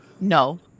No